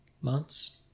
months